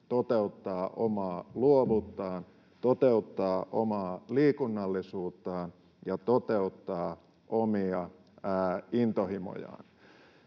toteuttaa omaa luovuuttaan, toteuttaa omaa liikunnallisuuttaan ja toteuttaa omia intohimojaan.